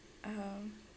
um